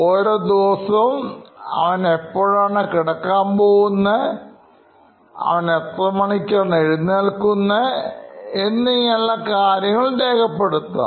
ഓരോ ദിവസവും അവൻ എപ്പോഴാണ്കിടക്കാൻ പോകുന്നത് അവൻ എത്ര മണിക്കാണ് എഴുന്നേൽക്കുന്നത് ഇങ്ങനെയുള്ളഉള്ള കാര്യങ്ങൾരേഖപ്പെടുത്തണം